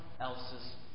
else's